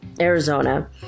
Arizona